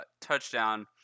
touchdown